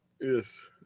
Yes